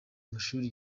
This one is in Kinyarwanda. amashuri